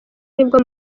nibwo